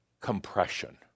compression